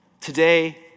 Today